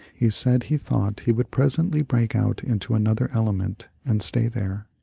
he said he thought he would presently break out into another element and stay there.